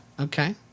Okay